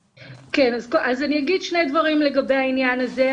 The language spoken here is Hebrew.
כן, אז אני אגיד שני דברים לגבי העניין הזה.